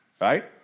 right